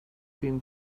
been